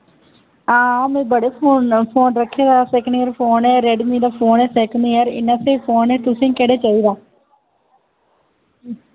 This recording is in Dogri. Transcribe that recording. हां में बड़े फोन न फोन रक्खे दे असें सैकन हैंड फोन ऐ रेडमी दा फोन ऐ सैकन ईयर इन्ना स्हेई फोन ऐ तुसें केह् चाहिदा ड़ा